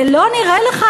זה לא נראה לך,